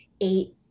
eight